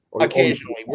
Occasionally